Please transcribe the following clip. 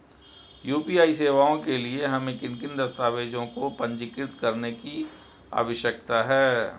UPI सेवाओं के लिए हमें किन दस्तावेज़ों को पंजीकृत करने की आवश्यकता है?